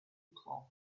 cloth